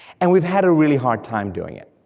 and we've had a really hard time doing it.